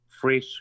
fresh